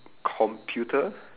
computer